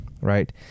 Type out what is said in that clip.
right